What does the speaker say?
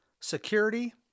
security